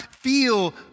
Feel